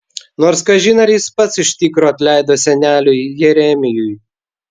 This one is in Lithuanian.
nors kažin ar jis pats iš tikro atleido seneliui jeremijui